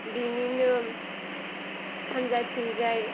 बेनिनो सानजाथिंजाय